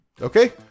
Okay